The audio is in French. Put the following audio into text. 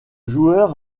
joueur